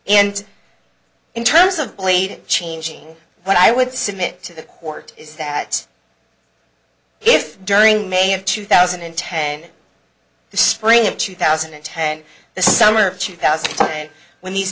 and in terms of blade changing what i would submit to the court is that if during may of two thousand and ten in the spring of two thousand and ten the summer of two thousand and nine when these